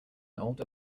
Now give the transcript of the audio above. older